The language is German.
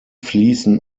fließen